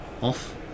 off